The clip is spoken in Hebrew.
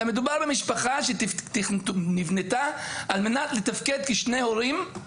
אלא מדובר במשפחה שנבנתה על מנת לתפקד כשני הורים,